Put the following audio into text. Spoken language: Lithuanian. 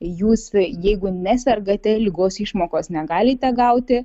jūs jeigu nesergate ligos išmokos negalite gauti